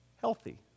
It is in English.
Healthy